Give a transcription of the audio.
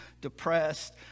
depressed